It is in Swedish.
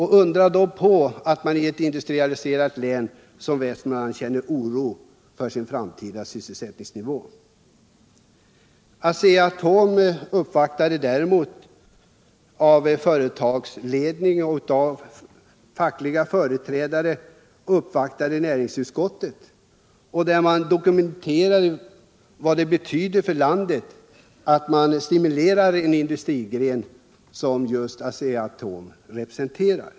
Undra på att man i ett industrialiserat län som Västmanland känner oro för sin framtida sysselsättningsnivå. Asea-Atom har däremot genom företagsledning och fackliga företrädare uppvaktat näringsutskottet och där dokumenterat vad det betyder för landet att man stimulerar en industrigren som den Asea-Atom representerar.